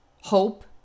hope